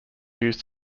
used